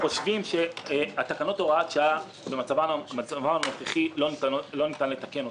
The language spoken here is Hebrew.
אנחנו חושבים שאת תקנות הוראת השעה במצבן הנוכחי לא ניתן לתקן.